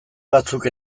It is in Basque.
batzuk